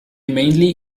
mainly